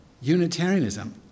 Unitarianism